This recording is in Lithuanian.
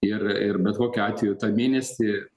ir ir bet kokiu atveju tą mėnesį